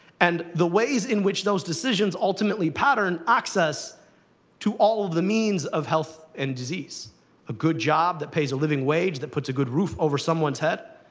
and the ways in which those decisions ultimately pattern access to all the means of health and disease a good job that pays a living wage, that puts a good roof over someone's head,